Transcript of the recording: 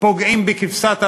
פוגעים בכבשת הרש.